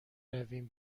رویم